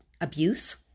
abuse